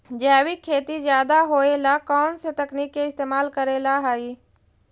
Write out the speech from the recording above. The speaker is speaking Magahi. जैविक खेती ज्यादा होये ला कौन से तकनीक के इस्तेमाल करेला हई?